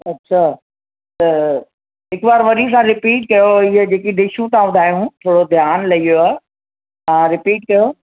अच्छा त हिकु बार वरी सां रिपीट कयो हीअ जेकी डिशूं तव्हां ॿुधायूं थोरो ध्यानु लई वियो आहे हा रिपीट कयो